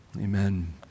amen